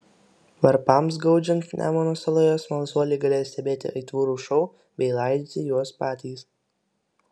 varpams gaudžiant nemuno saloje smalsuoliai galės stebėti aitvarų šou bei laidyti juos patys